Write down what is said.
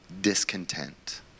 discontent